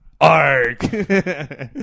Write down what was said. Ark